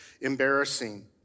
embarrassing